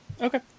Okay